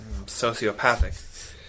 sociopathic